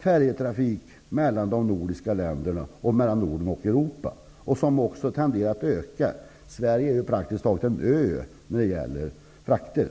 Färjetrafiken mellan de nordiska länderna och mellan Norden och övriga Europa är mycket omfattande. Den tenderar också att öka. Sverige är praktiskt taget en ö när det gäller frakter.